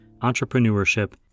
entrepreneurship